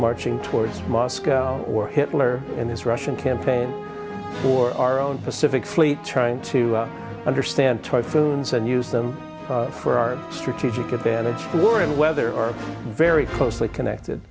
marching towards moscow or hitler and his russian campaign or our own pacific fleet trying to understand typhoons and use them for our strategic advantage for war and whether or very closely connected